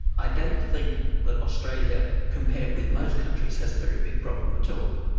i don't think that australia compared with most countries has a very big problem at all.